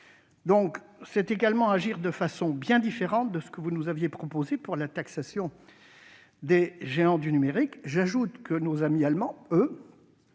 ? C'est également agir de façon bien différente de ce que vous nous aviez proposé de faire pour la taxation des géants du numérique. J'ajoute que nos amis allemands, eux,